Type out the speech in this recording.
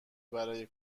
برای